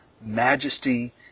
majesty